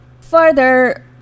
further